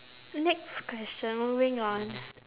next question moving on